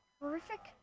horrific